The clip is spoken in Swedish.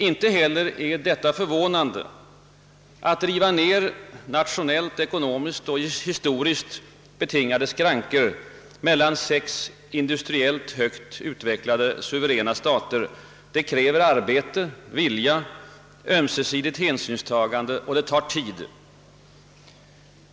Inte heller detta är förvånande; att riva ned nationella, ekonomiska och historiskt betingade skrankor mellan sex industriellt högt utvecklade suveräna stater kräver arbete, vilja och ömsesidigt hänsynstagande och tar tid.